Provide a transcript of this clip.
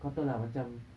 kau tahu lah macam